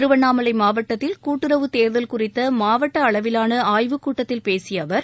திருவண்ணாமலை மாவட்டத்தில் கூட்டுறவு தேர்தல் குறித்த மாவட்ட அளவிலான ஆய்வுக்கூட்டத்தில் பேசிய அவர்